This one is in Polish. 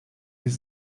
jest